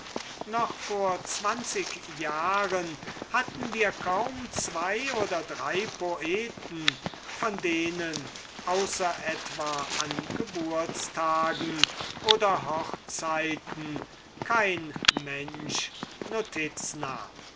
noch vor zwanzig jahren hatten wir kaum zween oder drei poeten von denen außer etwa an geburtstagen oder hochzeiten kein mensch notiz